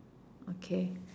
okay